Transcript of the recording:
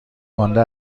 مانده